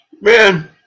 Man